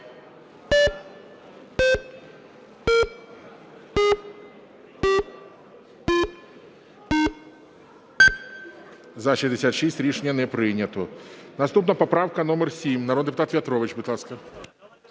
За-66 Рішення не прийнято. Наступна поправка номер 7. Народний депутат В'ятрович, будь ласка.